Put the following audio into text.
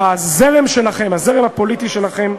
והזרם שלכם, הזרם הפוליטי שלכם,